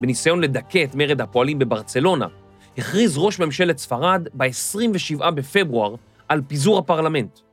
‫בניסיון לדכא את מרד הפועלים בברצלונה, ‫הכריז ראש ממשלת ספרד ‫ב-27 בפברואר על פיזור הפרלמנט.